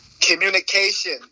communication